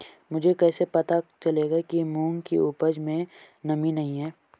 मुझे कैसे पता चलेगा कि मूंग की उपज में नमी नहीं है?